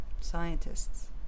scientists